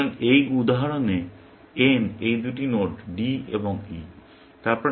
সুতরাং এই উদাহরণে n এই দুটি নোড D এবং E